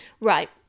Right